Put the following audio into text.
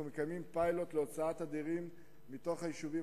אנחנו מקיימים פיילוט להוצאת הדירים מתוך היישובים,